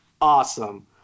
awesome